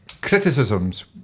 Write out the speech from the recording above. criticisms